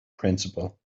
principle